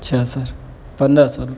اچھا سر پندرہ سو روپے